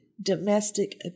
domestic